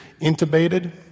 intubated